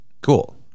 cool